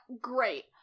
Great